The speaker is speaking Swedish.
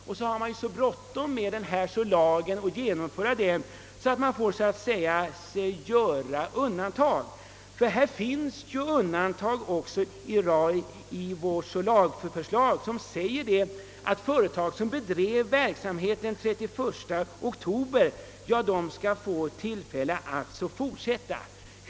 Nu har man under alla förhållanden mycket bråttom att genomföra lagen och får då göra vissa undantag — ty det finns ju undantag i lagförslaget som går ut på att företag som bedrev trådradioverksamhet den 31 oktober 1966 skall få fortsätta.